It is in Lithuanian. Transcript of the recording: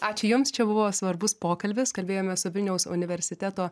ačiū jums čia buvo svarbus pokalbis kalbėjome su vilniaus universiteto